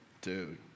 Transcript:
dude